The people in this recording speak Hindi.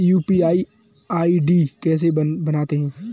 यू.पी.आई आई.डी कैसे बनाते हैं?